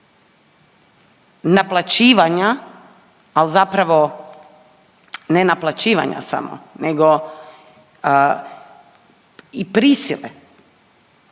naplaćivanja ali zapravo ne naplaćivanja samo nego i prisile